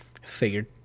Figured